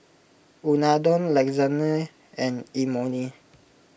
Unadon Lasagne and Imoni